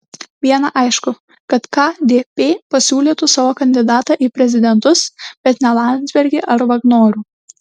viena aišku kad kdp pasiūlytų savo kandidatą į prezidentus bet ne landsbergį ar vagnorių